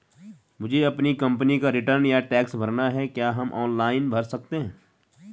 मुझे अपनी कंपनी का रिटर्न या टैक्स भरना है क्या हम ऑनलाइन भर सकते हैं?